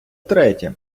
третє